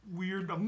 weird